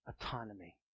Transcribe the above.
autonomy